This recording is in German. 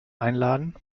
einladen